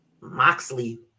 Moxley